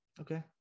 okay